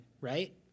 right